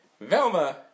Velma